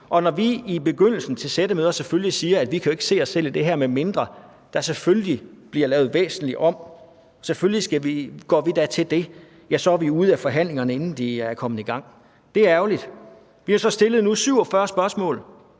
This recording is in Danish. Og når vi i begyndelsen til sættemøder selvfølgelig siger, at vi jo ikke kan se os selv i det her, medmindre der bliver lavet væsentligt om, og at vi selvfølgelig går til det, ja, så er vi ude af forhandlingerne, inden de er kommet i gang. Det er ærgerligt. Vi har så nu stillet 47 spørgsmål